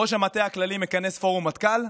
ראש המטה הכללי מכנס פורום מטכ"ל,